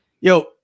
Yo